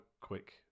quick